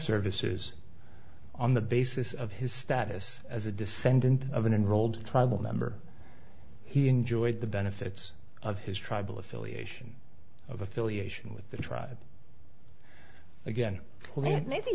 services on the basis of his status as a descendant of an enrolled tribal member he enjoyed the benefits of his tribal affiliation of affiliation with the tribe again maybe